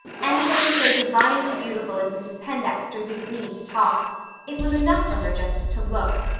anybody so divinely beautiful as mrs. pendexter didn't need to talk it was enough for her just to look.